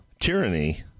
tyranny